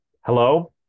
hello